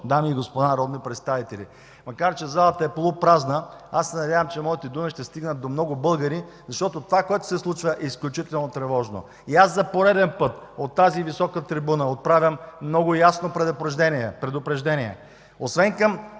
дами и господа народни представители! Макар че залата е полупразна, надявам се, че моите думи ще стигнат до много българи, защото това, което се случва, е изключително тревожно. За пореден път от тази висока трибуна отправям много ясно предупреждение освен към